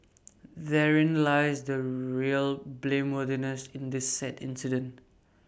therein lies the real blameworthiness in this sad incident